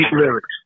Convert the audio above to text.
lyrics